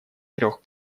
трех